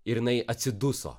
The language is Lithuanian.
ir jinai atsiduso